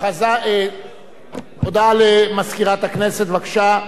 הודעה למזכירת הכנסת, בבקשה.